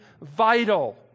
vital